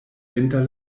inter